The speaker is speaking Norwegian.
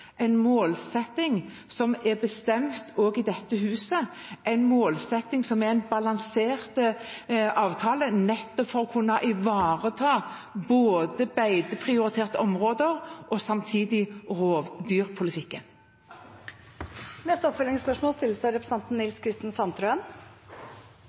en målsetting som er bestemt også i dette huset, en målsetting som er en balansert avtale nettopp for å kunne ivareta både beiteprioriterte områder og samtidig rovdyrpolitikken. Nils Kristen Sandtrøen – til oppfølgingsspørsmål.